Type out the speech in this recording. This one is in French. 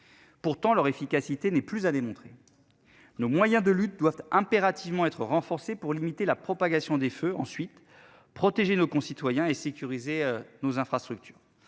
Pourtant, leur efficacité n'est plus à démontrer. Nos moyens de lutte doivent impérativement être renforcé pour limiter la propagation des feux ensuite protéger nos concitoyens et sécuriser nos infrastructures